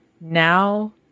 now